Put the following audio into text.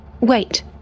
wait